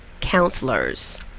counselors